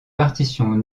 partitions